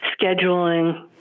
scheduling